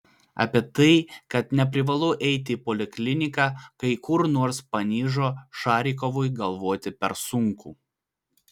apie tai kad neprivalu eiti į polikliniką kai kur nors panižo šarikovui galvoti per sunku